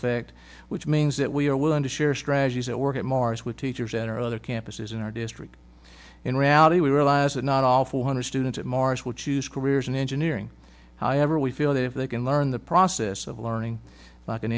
effect which means that we are willing to share strategies that work at mars with teachers at our other campuses in our district in reality we realize that not all four hundred students at mars will choose careers in engineering however we feel that if they can learn the process of learning like an